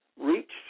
reached